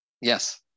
yes